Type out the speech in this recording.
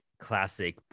classic